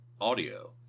audio